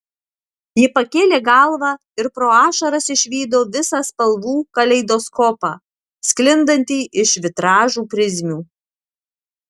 ji pakėlė galvą ir pro ašaras išvydo visą spalvų kaleidoskopą sklindantį iš vitražų prizmių